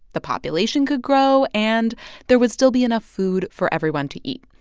the population could grow, and there would still be enough food for everyone to eat.